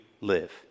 live